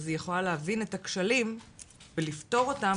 אז היא יכולה להבין את הכשלים ולפתור אותם,